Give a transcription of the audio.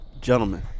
Gentlemen